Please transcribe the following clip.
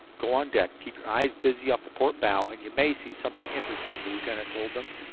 go on deck, keep your eyes busy off the port bow, and you may see something interesting, the lieutenant told them.